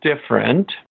different